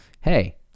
Hey